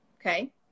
okay